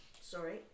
sorry